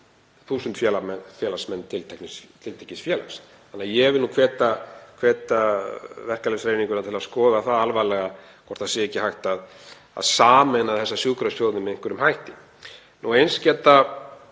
félagsmenn tiltekins félags. Þannig að ég vil hvetja verkalýðshreyfinguna til að skoða það alvarlega hvort það sé ekki hægt að sameina þessa sjúkrasjóði með einhverjum hætti. Eins geta